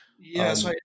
Yes